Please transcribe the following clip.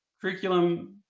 Curriculum